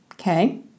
okay